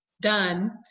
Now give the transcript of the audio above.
done